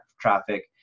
traffic